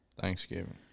Thanksgiving